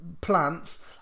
plants